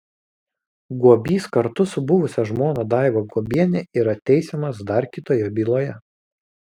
guobys kartu su buvusia žmona daiva guobiene yra teisiamas dar kitoje byloje